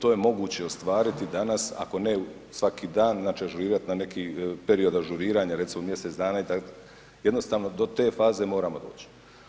To je moguće ostvariti danas, ako ne svaki dan, znači ažurirati na neki period ažuriranja, recimo mjesec dana, itd., jednostavno do te faze moramo doći.